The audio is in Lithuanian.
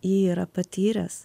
jį yra patyręs